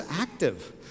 active